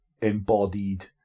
embodied